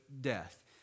death